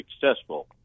successful